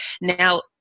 now